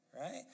right